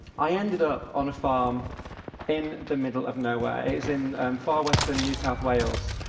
i ended up on a farm in the middle of nowhere. it was in far western new south wales.